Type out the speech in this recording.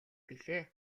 билээ